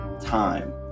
time